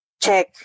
check